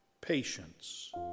patience